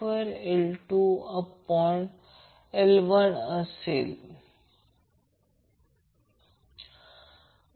तर ω0 ω0 रद्द केले जाईल आणि शेवटी ते LR 2 C होईल Q0 2 हे lR 2 C होईल